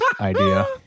idea